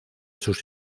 sus